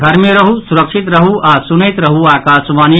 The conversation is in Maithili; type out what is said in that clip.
घर मे रहू सुरक्षित रहू आ सुनैत रहू आकाशवाणी